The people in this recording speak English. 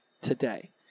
today